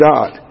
God